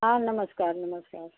हाँ नमस्कार नमस्कार